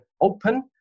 open